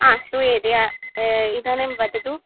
आ श्रूयते इदानीं वदतु